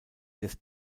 des